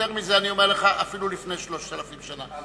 יותר מזה, אני אומר לך שאפילו לפני 3,000 שנה.